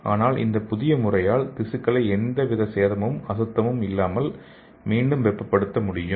ஆனால் இந்த புதிய முறையால் திசுக்களை எந்தவித சேதமும் அசுத்தமும் இல்லாமல் மீண்டும் வெப்பப் படுத்த முடியும்